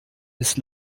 ist